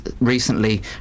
recently